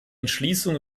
entschließung